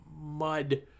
mud